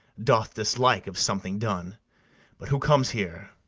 doth dislike of something done but who comes here?